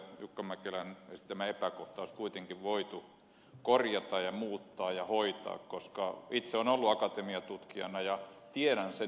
jukka mäkelän esittämä epäkohta olisi kuitenkin voitu korjata ja muuttaa ja hoitaa koska itse olen ollut akatemian tutkijana ja tiedän sen hyödyn